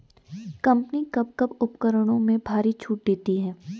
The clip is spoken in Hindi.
कंपनी कब कब उपकरणों में भारी छूट देती हैं?